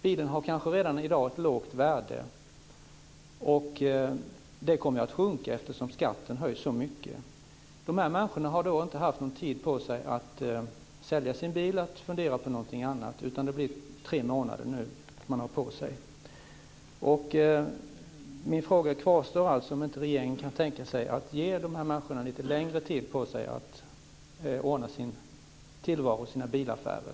Bilen har kanske redan i dag ett lågt värde, och det kommer att sjunka eftersom skatten höjs så mycket. Dessa människor har inte haft någon tid på sig att sälja sina bilar och fundera på någonting annat. Det blir tre månader man har på sig. Min fråga kvarstår alltså. Kan regeringen tänka sig att ge dessa människor lite längre tid för att ordna sin tillvaro och sina bilaffärer?